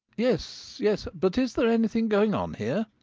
yes, yes. but is there anything going on here?